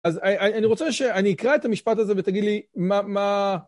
אז אני רוצה שאני אקרא את המשפט הזה ותגיד לי מה